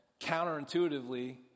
counterintuitively